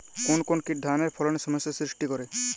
কোন কোন কীট ধানের ফলনে সমস্যা সৃষ্টি করে?